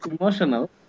emotional